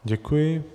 Děkuji.